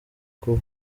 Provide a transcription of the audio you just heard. kuba